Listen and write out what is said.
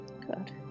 Good